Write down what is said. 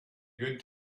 good